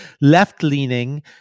left-leaning